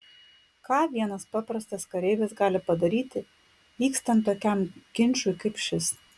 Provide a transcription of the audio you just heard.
ką vienas paprastas kareivis gali padaryti vykstant tokiam ginčui kaip šis